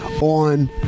on